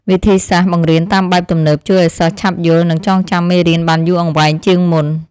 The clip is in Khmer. វិធីសាស្ត្របង្រៀនតាមបែបទំនើបជួយឱ្យសិស្សឆាប់យល់និងចងចាំមេរៀនបានយូរអង្វែងជាងមុន។